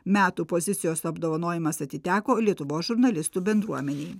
metų pozicijos apdovanojimas atiteko lietuvos žurnalistų bendruomenei